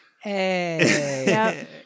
Hey